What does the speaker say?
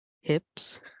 hips